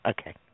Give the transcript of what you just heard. Okay